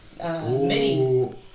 minis